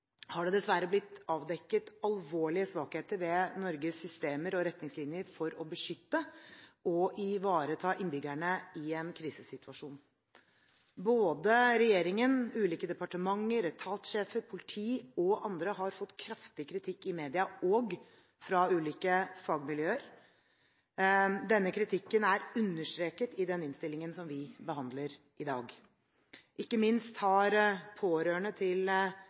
har det dessverre blitt avdekket alvorlige svakheter ved Norges systemer og retningslinjer for å beskytte og ivareta innbyggerne i en krisesituasjon. Både regjeringen, ulike departementer, etatssjefer, politi og andre har fått kraftig kritikk i media og fra ulike fagmiljøer. Denne kritikken er understreket i den innstillingen som vi behandler i dag – ikke minst har pårørende til